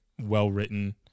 Well-written